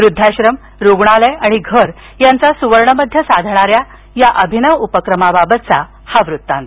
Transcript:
वृद्धाश्रम रुग्णालय आणि घर यांचा सुवर्णमध्य साधणाऱ्या या अभिनव उपक्रमाबाबतचा हा वृत्तांत